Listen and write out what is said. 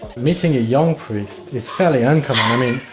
meeting a young priest is fairly uncommon. i mean,